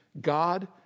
God